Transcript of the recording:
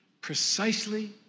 precisely